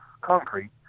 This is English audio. concrete